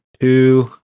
two